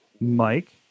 Mike